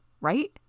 Right